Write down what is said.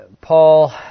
Paul